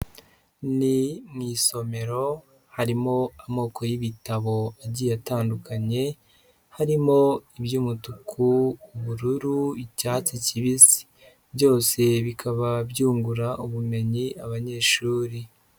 Ni mu isomero harimo amoko y'ibitabo agiye atandukanye, harimo iby'umutuku, ubururu icyatsi kibisi, byose bikaba byungura ubumenyi abanyeshuri.